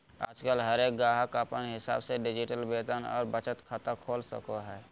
आजकल हरेक गाहक अपन हिसाब से डिजिटल वेतन और बचत खाता खोल सको हय